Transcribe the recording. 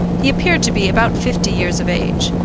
he appeared to be about fifty years of age,